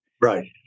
Right